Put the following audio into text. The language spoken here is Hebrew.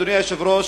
אדוני היושב-ראש,